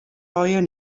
allegearre